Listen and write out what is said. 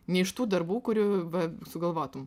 ne iš tų darbų kurių va sugalvotum